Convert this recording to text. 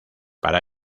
para